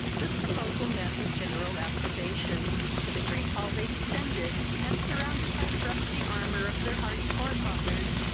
this proposal met with general approbation to the great hall they descended, and, surrounded by the rusty armour of their hardy forefathers,